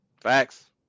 Facts